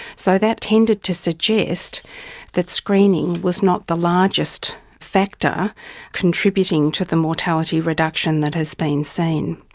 so that tended to suggest that screening was not the largest factor contributing to the mortality reduction that has been seen.